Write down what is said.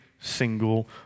single